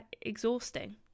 exhausting